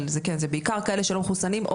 אבל כן זה בעיקר אלה שלא מחוסנים,